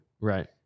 Right